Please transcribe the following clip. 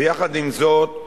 ויחד עם זאת,